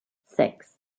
six